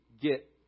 get